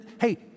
hey